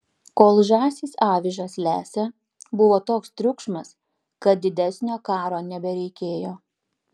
kol žąsys avižas lesė buvo toks triukšmas kad didesnio karo nebereikėjo